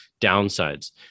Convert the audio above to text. downsides